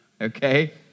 okay